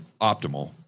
optimal